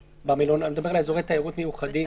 אני מדבר על אזורי תיירות מיוחדים.